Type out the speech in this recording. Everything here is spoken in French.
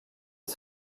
est